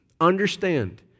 Understand